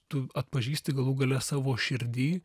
tu atpažįsti galų gale savo širdy